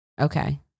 Okay